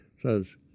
says